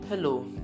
Hello